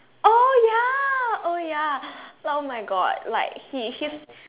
oh ya oh ya oh my God like he his